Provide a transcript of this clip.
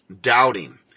doubting